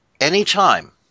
anytime